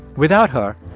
without her,